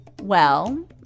Well